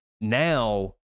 now